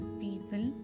people